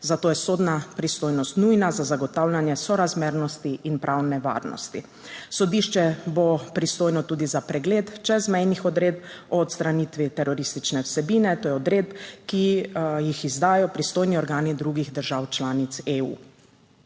zato je sodna pristojnost nujna za zagotavljanje sorazmernosti in pravne varnosti. Sodišče bo pristojno tudi za pregled čezmejnih odredb o odstranitvi teroristične vsebine, to je odredb, ki jih izdajo pristojni organi drugih držav članic EU.